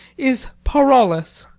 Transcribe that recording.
is parolles.